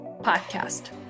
Podcast